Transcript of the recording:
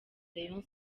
rayon